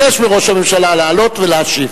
אבקש מראש הממשלה לעלות ולהשיב.